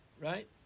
right